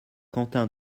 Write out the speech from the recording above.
quentin